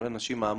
בין אנשים מהמרים,